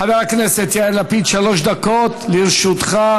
חבר הכנסת יאיר לפיד, שלוש דקות לרשותך.